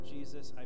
Jesus